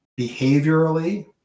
behaviorally